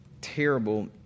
terrible